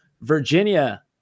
Virginia